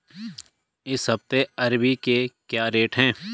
इस हफ्ते अरबी के क्या रेट हैं?